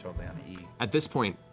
um and at this point,